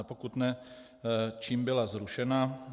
Pokud ne, čím byla zrušena.